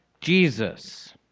Jesus